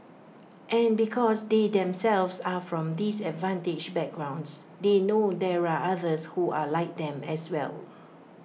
and because they themselves are from disadvantaged backgrounds they know there are others who are like them as well